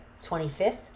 25th